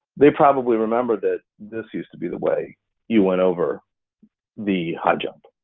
they probably remembered that this used to be the way you went over the high jump.